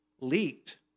leaked